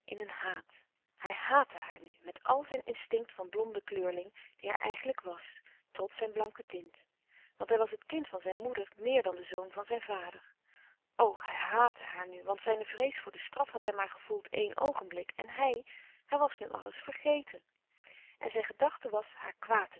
in een haat hij haatte haar nu met al zijn instinct van blonde kleurling die hij eigenlijk was trots zijn blanke tint want hij was het kind van zijn moeder meer dan de zoon van zijn vader o hij haatte haar nu want zijne vrees voor de straf had hij maar gevoeld éen oogenblik en hij hij was nu alles vergeten en zijn gedachte was haar kwaad